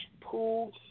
pool